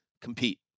Compete